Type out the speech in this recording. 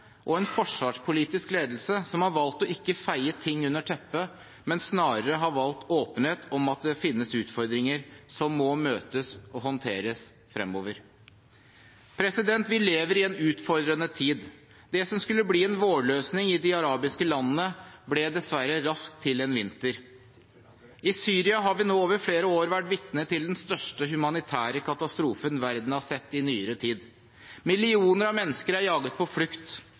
og en forsvarspolitisk ledelse som har valgt ikke å feie ting under teppet, men snarere har valgt åpenhet om at det finnes utfordringer som må møtes og håndteres fremover. Vi lever i en utfordrende tid. Det som skulle bli en vårløsning i de arabiske landene, ble dessverre raskt til en vinter. I Syria har vi nå over flere år vært vitne til den største humanitære katastrofen verden har sett i nyere tid. Millioner av mennesker er jaget på flukt.